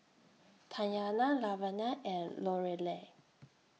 Tatyana Lavenia and Lorelei